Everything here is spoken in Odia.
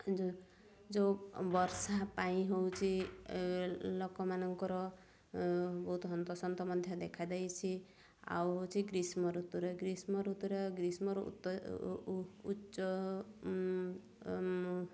ଯୋଉ ବର୍ଷା ପାଇଁ ହେଉଛି ଲୋକମାନଙ୍କର ବହୁତ ହନ୍ତସନ୍ତ ମଧ୍ୟ ଦେଖାଦେଇଛି ଆଉ ହେଉଛି ଗ୍ରୀଷ୍ମ ଋତୁରେ ଗ୍ରୀଷ୍ମ ଋତୁରେ ଗ୍ରୀଷ୍ମରୁ ଉଚ୍ଚ